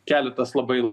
keletas labai